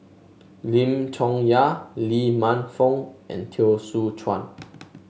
Lim Chong Yah Lee Man Fong and Teo Soon Chuan